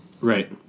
Right